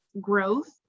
growth